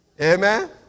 Amen